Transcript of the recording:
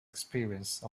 experience